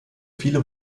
viele